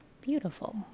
Beautiful